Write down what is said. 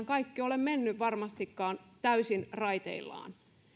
kaikki ole mennyt varmastikaan täysin raiteillaan